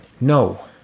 no